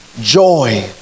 joy